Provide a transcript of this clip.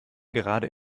gerade